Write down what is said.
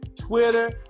Twitter